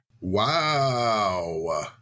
Wow